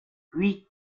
huit